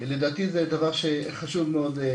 לדעתי, זה דבר שחשוב מאוד.